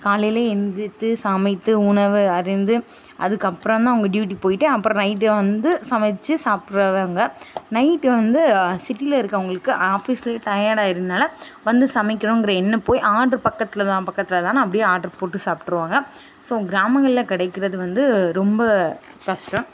காலையிலே எழுந்திரித்து சமைத்து உணவு அரிந்து அதுக்கு அப்புறந்தான் அவங்க டியூட்டி போய்விட்டு அப்புறம் நைட்டே வந்து சமைத்து சாப்பிட்றவங்க நைட்டு வந்து சிட்டியில் இருக்கறவங்களுக்கு ஆஃபீஸ்சிலே டயட் ஆகிட்றதுனால வந்து சமைக்கணுங்கிற எண்ணம் போய் ஆட்ரு பக்கத்தில்தான் பக்கத்தில்தான்னு அப்படியே ஆட்ரு போட்டு சாப்பிட்ருவாங்க ஸோ கிராமங்களில் கிடைக்கிறது வந்து ரொம்ப கஷ்டம்